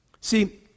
See